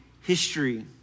history